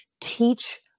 teach